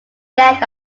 death